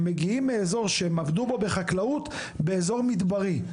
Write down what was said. מגיעים מאזור שהם עבדו בו בחקלאות באזור מדברי,